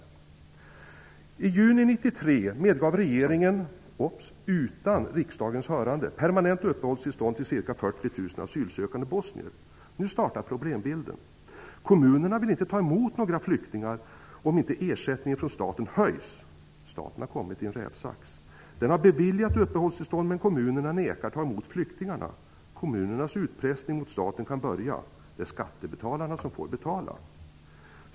I juni 1993 medgav regeringen -- observera att det skedde utan riksdagens hörande -- permanent uppehållstillstånd till ca 40 000 asylsökande bosnier. Nu startar problemen. Kommunerna vill inte ta emot några flyktingar om inte ersättningen från staten höjs. Staten har kommit i en rävsax. Den har beviljat uppehållstillstånd, men kommunerna nekar att ta emot flyktingarna. Kommunernas utpressning mot staten kan börja. Det är skattebetalarna som får betala.